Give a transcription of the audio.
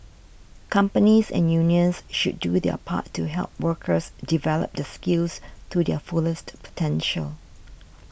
companies and unions should do their part to help workers develop their skills to their fullest potential